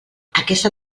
aquesta